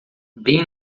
bem